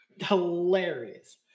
Hilarious